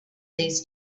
these